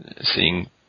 seeing